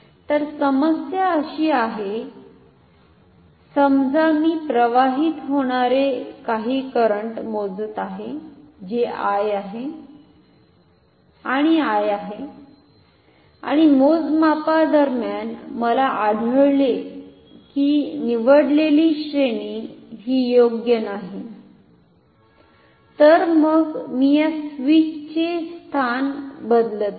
तर समस्या अशी आहे समजा मी प्रवाहित होणारे काही करंट मोजत आहे जे I आहे आणि I आहे आणि मोजमापादरम्यान मला आढळले की निवडलेली श्रेणी हि योग्य नाही तर मग मी या स्विचचे स्थान बदलत आहे